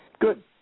Good